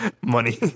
money